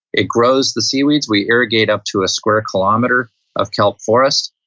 it grows the seaweeds. we irrigate up to a square kilometre of kelp forest,